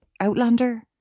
Outlander